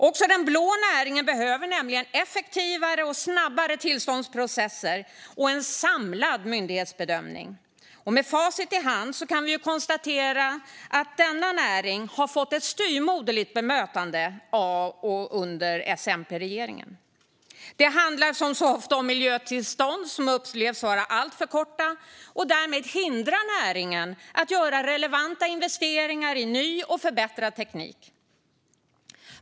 Också den blå näringen behöver nämligen effektivare och snabbare tillståndsprocesser samt en samlad myndighetsbedömning. Med facit i hand kan vi konstatera att denna näring har fått ett styvmoderligt bemötande av och under S-MP-regeringen. Det handlar som så ofta om miljötillstånd, som har upplevts vara alltför korta och därmed hindrat näringen att göra relevanta investeringar i ny och förbättrad teknik.